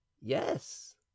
yes